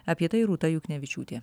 apie tai rūta juknevičiūtė